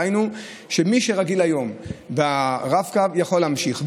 דהיינו שמי שרגיל היום לרב-קו יוכל להמשיך,